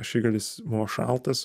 ašigalis buvo šaltas